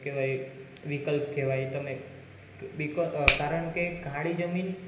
શું કહેવાય વિકલ્પ કહેવાય તમે બી કારણ કે કાળી જમીન